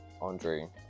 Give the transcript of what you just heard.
Andre